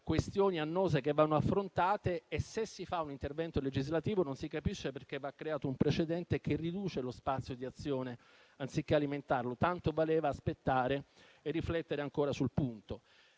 questioni annose che vanno affrontate. Se si fa un intervento legislativo, non si capisce perché viene creato un precedente che riduce lo spazio di azione, anziché alimentarlo. Tanto valeva aspettare e riflettere ancora sul punto.